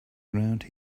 around